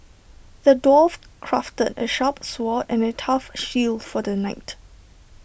the dwarf crafted A sharp sword and A tough shield for the knight